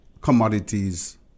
commodities